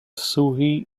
shui